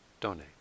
donate